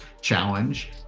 challenge